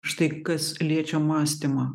štai kas liečia mąstymą